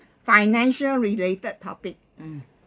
financial related topic mm